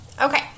Okay